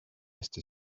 este